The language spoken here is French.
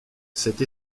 cette